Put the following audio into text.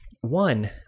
One